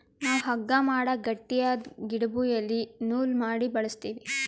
ನಾವ್ ಹಗ್ಗಾ ಮಾಡಕ್ ಗಟ್ಟಿಯಾದ್ ಗಿಡುದು ಎಲಿ ನೂಲ್ ಮಾಡಿ ಬಳಸ್ತೀವಿ